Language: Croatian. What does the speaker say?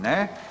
Ne.